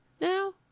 now